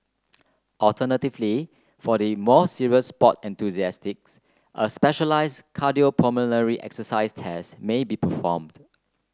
alternatively for the more serious sports enthusiasts a specialised cardiopulmonary exercise test may be performed